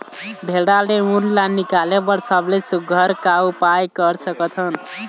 भेड़ा ले उन ला निकाले बर सबले सुघ्घर का उपाय कर सकथन?